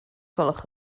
gwelwch